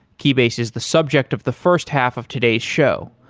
keybase is the subject of the first half of today's show.